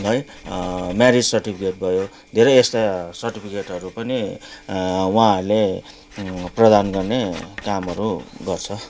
है merit certificate भयो धेरे यस्ता सर्टिफिकेटहरू पनि उहाँहरूले प्रदान गर्ने कामहरू गर्छ